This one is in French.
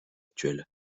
actuel